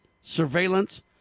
Surveillance